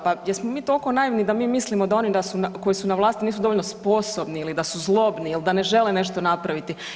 Pa jesmo li toliko naivni da mi mislimo da oni koji su na vlasti, nisu dovoljno sposobni ili da su zlobni ili da ne žele nešto napraviti?